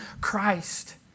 Christ